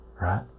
right